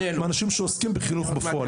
מהאנשים שעוסקים בחינוך.